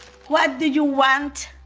what do you want?